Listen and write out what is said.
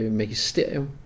magisterium